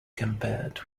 compared